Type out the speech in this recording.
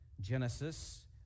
Genesis